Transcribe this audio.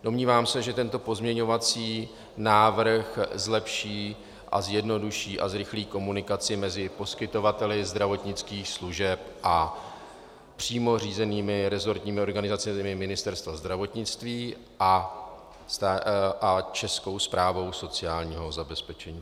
Domnívám se, že tento pozměňovací návrh zlepší a zjednoduší a zrychlí komunikaci mezi poskytovateli zdravotnických služeb a přímo řízenými resortními organizacemi Ministerstva zdravotnictví a Českou správou sociálního zabezpečení.